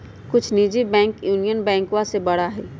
कुछ निजी bank union बैंकवा से बड़ा हई